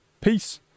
Peace